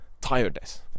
Tiredness